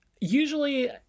usually